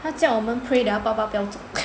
他叫我们 pray that 他爸爸不要中